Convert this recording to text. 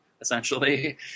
essentially